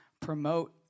promote